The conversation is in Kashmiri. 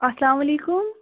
اسلام علیکُم